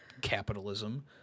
capitalism